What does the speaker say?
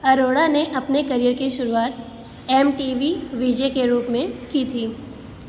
अरोड़ा ने अपने करियर की शुरुआत M T V V J के रूप में की थी